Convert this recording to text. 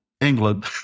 England